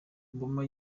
obama